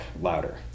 louder